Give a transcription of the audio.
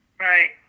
Right